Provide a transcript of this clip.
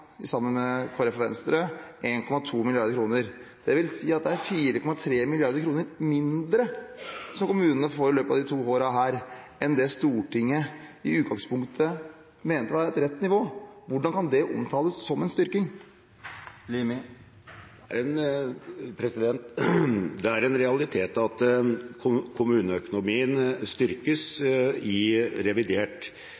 sammen med Kristelig Folkeparti og Venstre, 1,2 mrd. kr. Det vil si at kommunene får 4,3 mrd. kr mindre i løpet av disse to årene enn det Stortinget i utgangspunktet mente var et rett nivå. Hvordan kan det omtales som en styrking? Presidenten er usikker på om «frekt» er et parlamentarisk uttrykk. Det er en realitet at kommuneøkonomien styrkes i revidert.